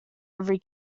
every